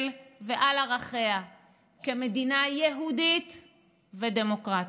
ועל ערכיה כמדינה יהודית ודמוקרטית.